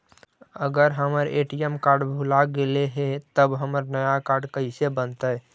अगर हमर ATM card भुला गैलै हे तब नया काड कइसे बनतै?